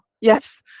yes